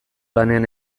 lanean